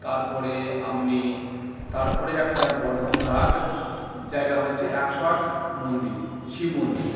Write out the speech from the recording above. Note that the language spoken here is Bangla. তারপরে আপনি তারপরে একটা বর্ধমান শহরে আরেকটা জায়গা হচ্ছে একশো আট মন্দির শিব মন্দির